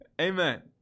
Amen